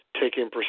taking